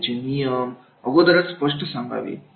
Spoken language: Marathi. त्याचे नियम अगोदरच स्पष्ट सांगावे